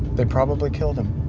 they probably killed him.